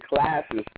classes